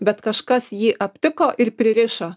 bet kažkas jį aptiko ir pririšo